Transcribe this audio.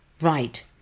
Right